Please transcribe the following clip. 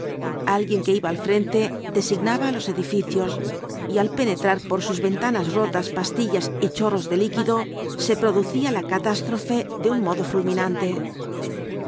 alguien que iba al frente designaba los edificios y al penetrar por sus canas rotas pastillas y chorros de líquido se producía la catástrofe de un modo fulminante